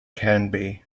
canby